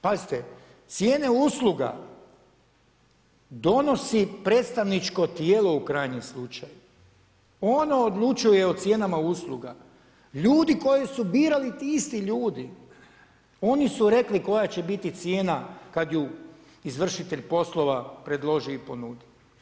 Pazite, cijene usluga donosi predstavničko tijelo u krajnjem slučaju, ono odlučuje o cijenama usluga, ljudi koji su birali ti isti ljudi oni su rekli koja će biti cijena kada ju izvršitelj poslova predloži i ponudi.